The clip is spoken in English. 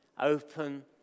open